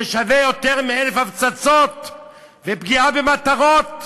זה שווה יותר מ-1,000 הפצצות ופגיעה במטרות.